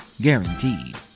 guaranteed